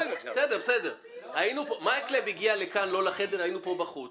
מקלב הגיע לכאן, לא לחדר אלא היינו כאן בחוץ